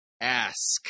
ask